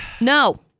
No